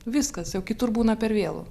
viskas jau kitur būna per vėlu